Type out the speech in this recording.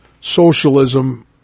socialism